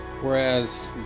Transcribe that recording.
whereas